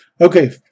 Okay